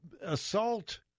assault